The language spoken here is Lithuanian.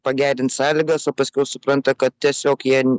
pagerint sąlygas o paskui jau supranta kad tiesiog jie